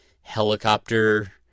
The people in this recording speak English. helicopter